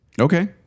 Okay